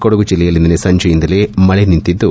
ಕೊಡಗು ಜಿಲ್ಲೆಯಲ್ಲಿ ನಿನ್ನೆ ಸಂಜೆಯಿಂದಲೂ ಮಳೆ ನಿಂತಿದ್ದು